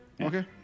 Okay